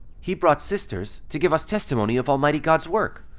he brought sisters to give us testimony of almighty god's work.